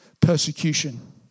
Persecution